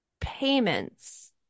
payments